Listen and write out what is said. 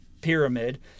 pyramid